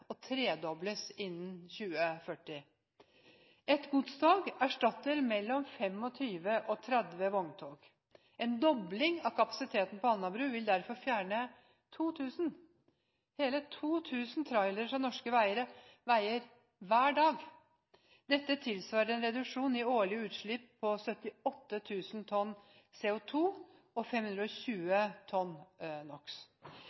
og tredobles innen 2040. Ett godstog erstatter mellom 25 og 30 vogntog. En dobling av kapasiteten på Alnabru vil derfor fjerne hele 2 000 trailere fra norske veier hver dag. Dette tilsvarer en reduksjon i årlige utslipp på 78 000 tonn CO2 og 520